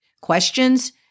questions